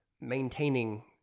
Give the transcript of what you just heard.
maintaining